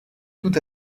tout